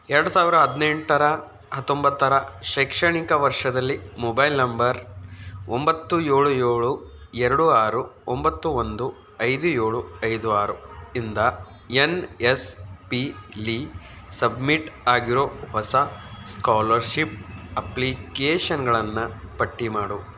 ಎರಡು ಸಾವಿರ ಹದಿನೆಂಟರ ಹತ್ತೊಂಬತ್ತರ ಶೈಕ್ಷಣಿಕ ವರ್ಷದಲ್ಲಿ ಮೊಬೈಲ್ ನಂಬರ್ ಒಂಬತ್ತು ಏಳು ಏಳು ಎರಡು ಆರು ಒಂಬತ್ತು ಒಂದು ಐದು ಏಳು ಐದು ಆರು ಇಂದ ಎನ್ ಎಸ್ ಪಿಲಿ ಸಬ್ಮಿಟ್ ಆಗಿರೋ ಹೊಸ ಸ್ಕಾಲರ್ಷಿಪ್ ಅಪ್ಲಿಕೇಷನ್ಗಳನ್ನು ಪಟ್ಟಿ ಮಾಡು